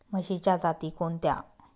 म्हशीच्या जाती कोणत्या?